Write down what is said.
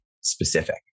specific